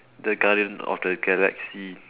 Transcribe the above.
the guardians of the galaxy